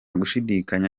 gushidikanya